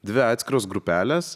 dvi atskiros grupelės